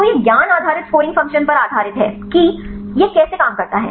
तो यह ज्ञान आधारित स्कोरिंग फ़ंक्शन पर आधारित है कि यह कैसे काम करता है